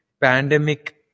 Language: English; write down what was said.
pandemic